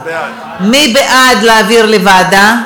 מי בעד להעביר לוועדה?